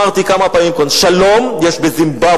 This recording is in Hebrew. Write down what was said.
אמרתי כמה פעמים כאן: שלום יש בזימבבווה,